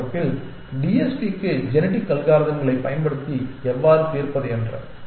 அடுத்த வகுப்பில் TSPக்கு ஜெனெடிக் அல்காரிதம்களைப் பயன்படுத்தி எவ்வாறு தீர்ப்பது என்று